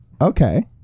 Okay